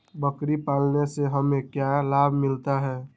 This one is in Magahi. बकरी पालने से हमें क्या लाभ मिलता है?